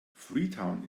freetown